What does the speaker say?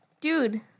Dude